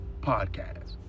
Podcast